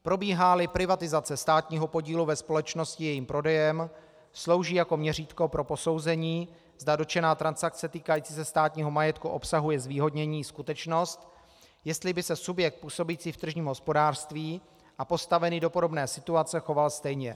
Probíháli privatizace státního podílu ve společnosti jejím prodejem, slouží jako měřítko pro posouzení, zda dotčená transakce týkající se státního majetku obsahuje zvýhodnění, skutečnost, jestli by se subjekt působící v tržním hospodářství a postavený do podobné situace choval stejně.